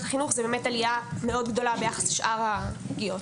החינוך זה באמת עלייה מאוד גדולה ביחס לשאר הפגיעות.